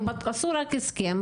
הם עשו רק הסכם,